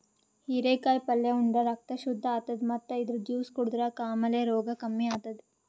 ಹಿರೇಕಾಯಿ ಪಲ್ಯ ಉಂಡ್ರ ರಕ್ತ್ ಶುದ್ದ್ ಆತದ್ ಮತ್ತ್ ಇದ್ರ್ ಜ್ಯೂಸ್ ಕುಡದ್ರ್ ಕಾಮಾಲೆ ರೋಗ್ ಕಮ್ಮಿ ಆತದ್